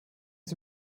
sie